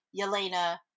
Yelena